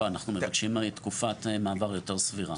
לא, אנחנו מבקשים תקופת מעבר יותר סבירה.